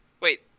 wait